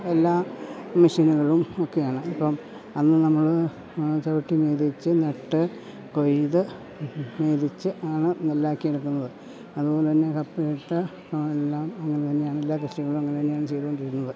എല്ലാ മെഷീനുകളും ഒക്കെയാണ് ഇപ്പം അന്നു നമ്മൾ ചവിട്ടി മെതിച്ച് നട്ട് കൊയ്ത് മെതിച്ച് ആണ് നെല്ലാക്കിയെടുക്കുന്നത് അതുപോലെതന്നെ കപ്പയിട്ട് ആണെല്ലാം അങ്ങനെ തന്നെയാണെല്ലാ കൃഷികളും അങ്ങനെ തന്നെയാണ് ചെയ്തുകൊണ്ടിരുന്നത്